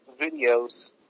videos